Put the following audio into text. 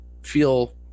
feel